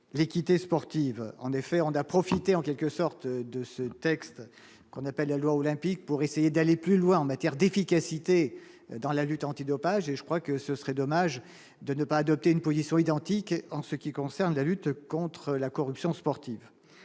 l'équité sportive en effet Honda profité en quelque sorte de ce texte, qu'on appelle la loi olympique, pour essayer d'aller plus loin en matière d'efficacité dans la lutte anti-dopage et je crois que ce serait dommage de ne pas adopter une position identique en ce qui concerne la lutte contre la corruption sportive.